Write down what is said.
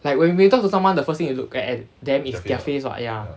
like when we talk to someone the first thing you look at them is their face [what] ya